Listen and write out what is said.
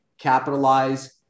capitalize